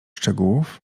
szczegółów